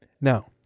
Now